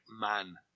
Man